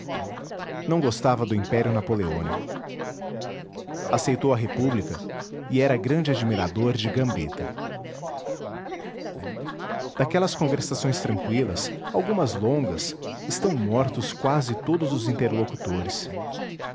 não gostava do império napoleônico aceitou a república e era grande admirador de gambetta daquelas conversações tranqüilas algumas longas estão mortos quase todos os interlocutores